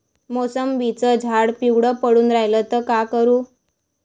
मोसंबीचं झाड पिवळं पडून रायलं त का करू?